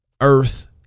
Earth